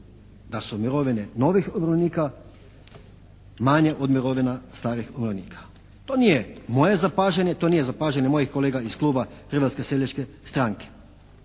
da su mirovine novih umirovljenika manje od mirovina starih umirovljenika. To nije moje zapažanje, to nije zapažanje mojih kolega iz kluba Hrvatske seljačke stranke,